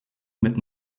mit